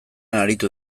aritu